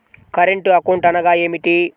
Current account అనగా ఏమిటి?